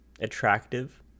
attractive